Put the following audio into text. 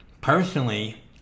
Personally